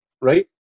Right